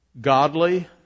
godly